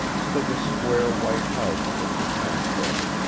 stood the square white houses of the town folk.